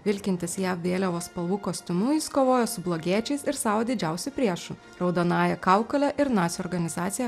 vilkintis jav vėliavos spalvų kostiumu jis kovojo su blogiečiais ir savo didžiausiu priešu raudonąja kaukole ir nacių organizacija